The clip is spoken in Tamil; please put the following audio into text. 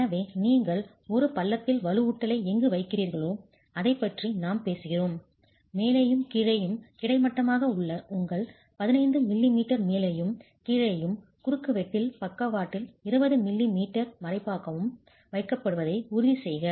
எனவே நீங்கள் ஒரு பள்ளத்தில் வலுவூட்டலை எங்கு வைக்கிறீர்களோ அதைப் பற்றி நாம் பேசுகிறோம் மேலேயும் கீழேயும் கிடைமட்டமாக உங்கள் 15 மிமீ மேலேயும் கீழேயும் குறுக்குவெட்டில் பக்கவாட்டில் 20 மிமீ மறைப்பாகவும் வைக்கப்படுவதை உறுதிசெய்க